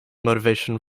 motivation